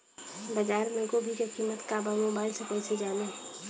बाजार में गोभी के कीमत का बा मोबाइल से कइसे जानी?